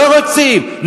לא רוצים,